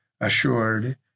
assured